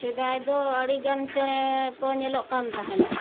ᱥᱮᱫᱟᱭ ᱫᱚ ᱟᱹᱰᱤ ᱜᱟᱱ ᱪᱮᱬᱮ ᱠᱚ ᱧᱮᱞᱚᱜ ᱠᱟᱱ ᱛᱟᱦᱮᱱᱟ